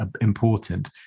important